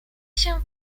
się